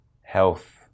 health